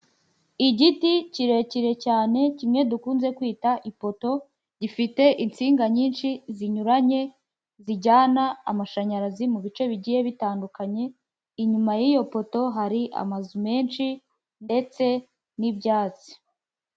Igiti kirekire cyane kimwe dukunze kwita ipoto gifite insinga nyinshi zinyuranye zijyana amashanyarazi mu bice bigiye bitandukanye inyuma y'iyo poto hari amazu menshi ndetse n'ibyatsi.